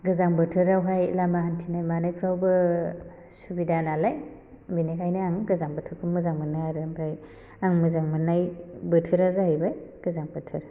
गोजां बोथोरावहाय लामा हान्थिनाय मानायफ्रावबो सुबिदा नालाय बेनिखायनो आं गोजां बोथोरखौ मोजां मोनो आरो ओमफाय आं मोजां मोन्नाय बोथोरा जाहैबाय गोजां बोथोर